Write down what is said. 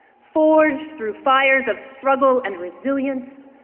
forged through fires of struggle and resilience.